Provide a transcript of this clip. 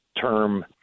term